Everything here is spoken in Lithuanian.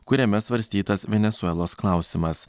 kuriame svarstytas venesuelos klausimas